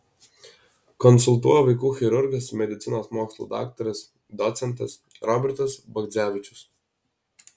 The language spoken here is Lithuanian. konsultuoja vaikų chirurgas medicinos mokslų daktaras docentas robertas bagdzevičius